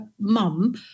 mum